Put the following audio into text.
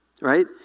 Right